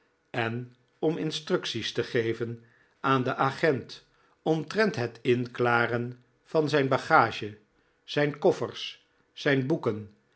en om instructies te geven aan den agent omtrent het inklaren van zijn bagage zijn koffers zijn boeken